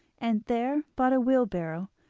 and there bought a wheelbarrow,